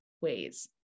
ways